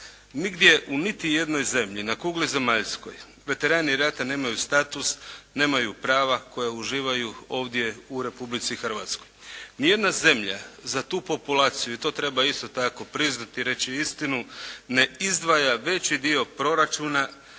Nigdje u niti jednoj zemlji na kugli zemaljskoj veterani rata nemaju status, nemaju prava koja uživaju ovdje u Republici Hrvatskoj. Ni jedna zemlja za tu populaciju, i to treba isto tako priznati i reći istinu, ne izdvaja veći dio proračuna